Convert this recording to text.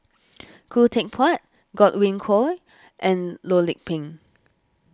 Khoo Teck Puat Godwin Koay and Loh Lik Peng